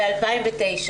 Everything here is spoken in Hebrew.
ב-2009.